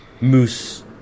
moose